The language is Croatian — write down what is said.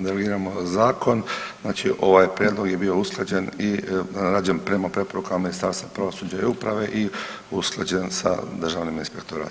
derogiramo zakon, znači ovaj prijedlog je bio usklađen i rađen prema preporukama Ministarstva pravosuđa i uprave i usklađen sa Državnim inspektoratom.